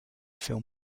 film